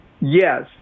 yes